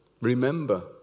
Remember